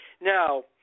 Now